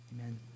Amen